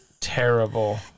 terrible